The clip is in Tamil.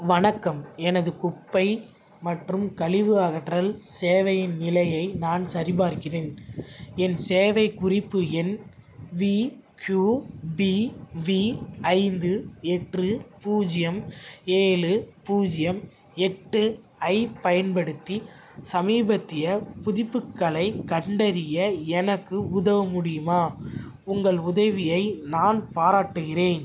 வணக்கம் எனது குப்பை மற்றும் கழிவு அகற்றல் சேவையின் நிலையை நான் சரிபார்க்கிறேன் என் சேவை குறிப்பு எண் விகியூபிவி ஐந்து எட்டு பூஜ்ஜியம் ஏழு பூஜ்ஜியம் எட்டு ஐப் பயன்படுத்தி சமீபத்திய புதுப்பிக்களைக் கண்டறிய எனக்கு உதவ முடியுமா உங்கள் உதவியை நான் பாராட்டுகிறேன்